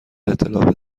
اطلاع